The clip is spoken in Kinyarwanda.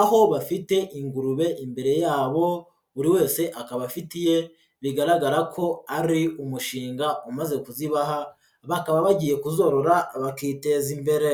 aho bafite ingurube imbere yabo, buri wese akaba afite iye, bigaragara ko ari umushinga umaze kuzibaha, bakaba bagiye kuzorora bakiteza imbere.